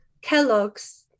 Kellogg's